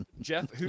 Jeff